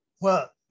Well-